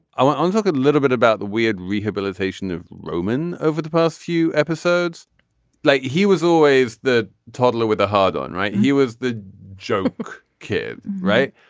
i went to and talk a little bit about the weird rehabilitation of roman over the past few episodes like he was always the toddler with a hard on right. he was the joke kid. right.